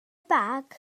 bag